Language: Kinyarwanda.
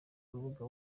urubuga